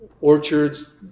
orchards